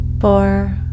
four